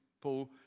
Paul